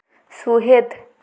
ᱥᱩᱦᱮᱫ